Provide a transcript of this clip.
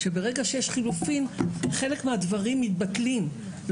ברגע שיש לחלופין, חילק מהדברים מתבטלים.